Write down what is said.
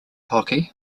hockey